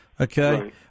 Okay